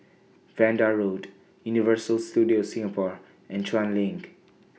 Vanda Road Universal Studios Singapore and Chuan LINK